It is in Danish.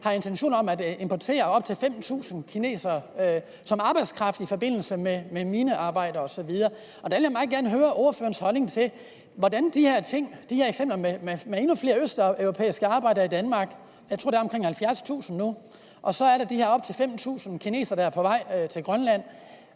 har intentioner om at importere op til 5.000 kinesere som arbejdskraft i forbindelse med minearbejde osv. Der vil jeg meget gerne høre ordførerens holdning til de her ting, altså de her eksempler med endnu flere østeuropæiske arbejdere i Danmark. Jeg tror, der er omkring 70.000 nu, og så er der de her op til 5.000 kinesere, der er på vej til Grønland.